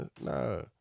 Nah